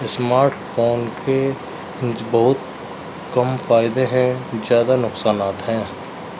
smart phone کے بہت کم فائدے ہیں زیادہ نقصانات ہیں